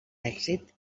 èxit